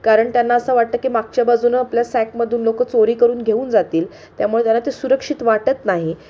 कारण त्यांना असं वाटतं की मागच्या बाजूनं आपल्या सॅकमधून लोक चोरी करून घेऊन जातील त्यामुळे त्यांना ते सुरक्षित वाटत नाही